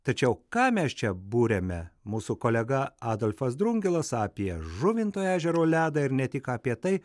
tačiau ką mes čia buriame mūsų kolega adolfas drungilas apie žuvinto ežero ledą ir ne tik apie tai